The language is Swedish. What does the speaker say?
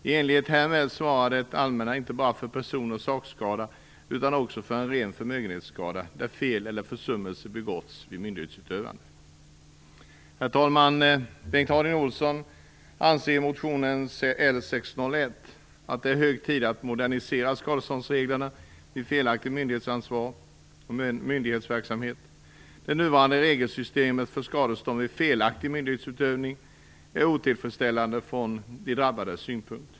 I enlighet härmed svarar det allmänna inte bara för person och sakskada utan också för ren förmögenhetsskada när fel eller försummelse begåtts vid myndighetsutövning. Herr talman! Bengt Harding Olson anser i motion L601 att det är hög tid att modernisera skadeståndsreglerna vid felaktig myndighetsverksamhet. Det nuvarande regelsystemet för skadestånd vid felaktig myndighetsutövning är otillfredsställande från de drabbades synpunkt.